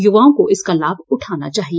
युवाओं को इसका लाभ उठाना चाहिए